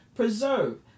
Preserve